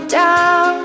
down